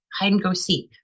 hide-and-go-seek